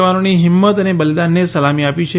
જવાનોની હિંમત અને બલિદાનને સલામી આપી છે